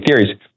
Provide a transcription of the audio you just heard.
theories